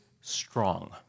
strong